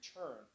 return